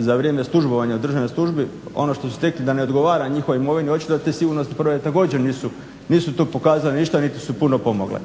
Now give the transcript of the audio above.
za vrijeme službovanja u državnoj službi, ono što su stekli da ne odgovara njihovoj imovini. Očito da te sigurnosne provjere također nisu to pokazale niti su puno pomogle.